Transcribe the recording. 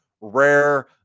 rare